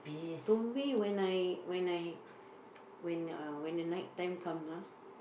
to me when I when I when uh when the night time come ah